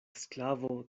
sklavo